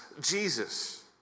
Jesus